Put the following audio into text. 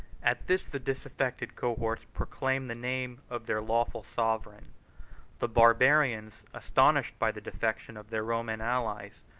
at this the disaffected cohorts proclaimed the name of their lawful sovereign the barbarians, astonished by the defection of their roman allies,